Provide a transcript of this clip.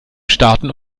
starten